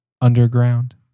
underground